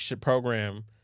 program